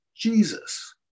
Jesus